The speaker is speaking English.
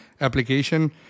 application